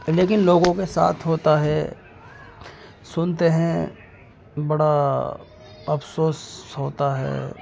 لیکن لوگوں کے ساتھ ہوتا ہے سنتے ہیں بڑا افسوس ہوتا ہے